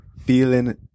feeling